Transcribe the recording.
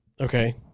Okay